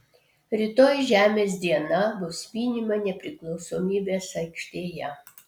rytoj žemės diena bus minima nepriklausomybės aikštėje